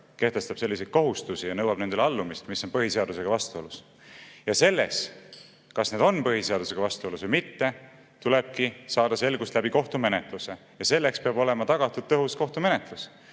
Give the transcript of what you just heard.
kehtestab selliseid kohustusi ja nõuab nendele allumist, mis on põhiseadusega vastuolus. Ja selles, kas need on põhiseadusega vastuolus või mitte, tulebki saada selgust läbi kohtumenetluse ja selleks peab olema tagatud tõhus kohtumenetlus.